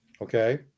okay